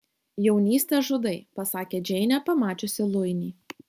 jaunystę žudai pasakė džeinė pamačiusi luinį